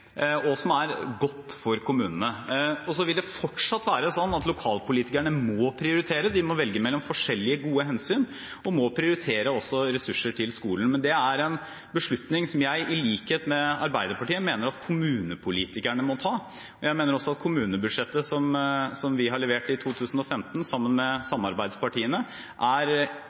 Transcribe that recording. og som er godt for kommunene. Det vil fortsatt være slik at lokalpolitikerne må prioritere, de må velge mellom forskjellige gode hensyn og må også prioritere ressurser til skolen. Men det er en beslutning som jeg i likhet med Arbeiderpartiet mener at kommunepolitikerne må ta. Jeg mener også at kommunebudsjettet som vi har levert for 2015, sammen med